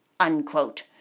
unquote